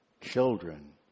children